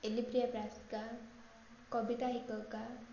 ଏଲିପ୍ରିୟା ପ୍ରାସ୍କା କବିତା ହିକକା